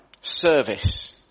service